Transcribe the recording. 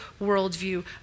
worldview